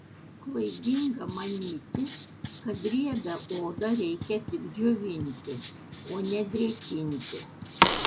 klaidinga manyti kad riebią odą reikia tik džiovinti o ne drėkinti